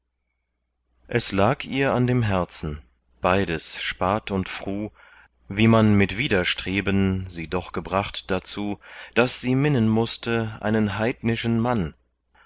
es lag ihr an dem herzen beides spat und fruh wie man mit widerstreben sie doch gebracht dazu daß sie minnen mußte einen heidnischen mann